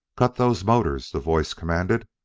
cut those motors! the voice commanded.